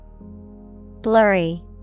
Blurry